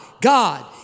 God